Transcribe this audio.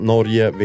Norge